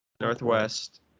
Northwest